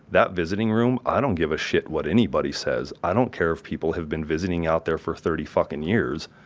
that visiting room, i don't give a shit what anybody says. i don't care if people have been visiting out there for thirty fucking years,